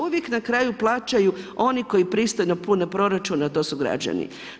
Uvijek na kraju plaćaju oni koji pristojno pune proračun, a to su građani.